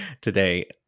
today